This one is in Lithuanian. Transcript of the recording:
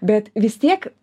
bet vis tiek